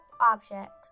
objects